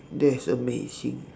that is amazing